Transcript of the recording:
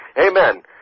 Amen